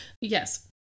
Yes